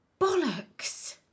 Bollocks